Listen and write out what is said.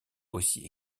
aussi